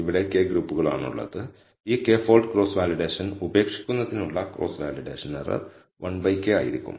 ഇവിടെ k ഗ്രൂപ്പുകൾ ആണുള്ളത് ഈ k ഫോൾഡ് ക്രോസ് വാലിഡേഷൻ ഉപേക്ഷിക്കുന്നതിനുള്ള ക്രോസ് വാലിഡേഷൻ എറർ 1 k ആയിരിക്കും